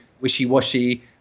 wishy-washy